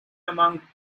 among